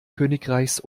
königreichs